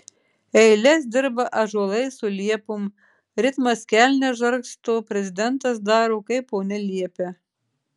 eiles dirba ąžuolai su liepom ritmas kelnes žargsto prezidentas daro kaip ponia liepia